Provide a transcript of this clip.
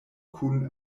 kun